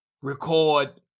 record